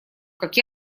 как